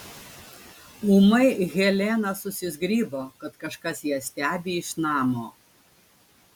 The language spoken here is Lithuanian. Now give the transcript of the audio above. ūmai helena susizgribo kad kažkas ją stebi iš namo